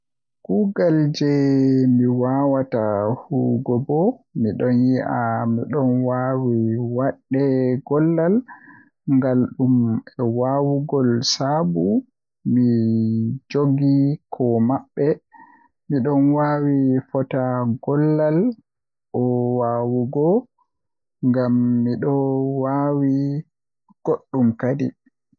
Kuugal jei mi waawata huwugo bo miɗon yi'a Miɗo waawi waɗde gollal ngal ɗum o waawugol sabu mi njogii ko maɓɓe. Miɗo waawi foti gollal o waawugol ngam miɗo waawi goɗɗum kadi.